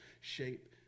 shape